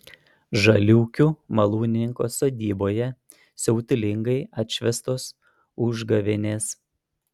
žaliūkių malūnininko sodyboje siautulingai atšvęstos užgavėnės